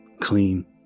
clean